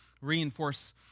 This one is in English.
reinforce